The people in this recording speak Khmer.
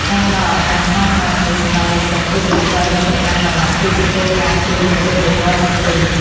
ការផ្តល់ឱកាសស្មើៗគ្នាសម្រាប់និស្សិតគ្រប់រូបដោយមិនប្រកាន់វណ្ណៈគឺជាគោលការណ៍គ្រឹះនៃយុត្តិធម៌សង្គម។